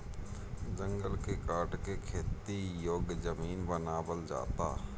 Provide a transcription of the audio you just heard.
जंगल के काट के खेती योग्य जमीन बनावल जाता